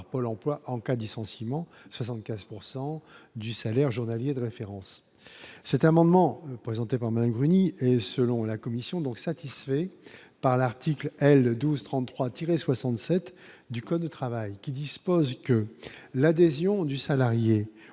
par Pôle emploi en cas dissentiment 75 pourcent du salaire journalier de référence cet amendement présenté par Grigny et selon la commission donc satisfaits par l'article L E 12 33 67 du code du travail, qui dispose que l'adhésion du salarié